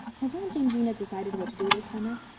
has aunt jamesina decided what to do this summer?